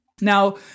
Now